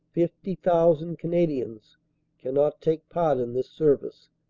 fifty thousand canadians cannot take part in this service,